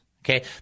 Okay